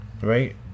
right